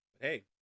Hey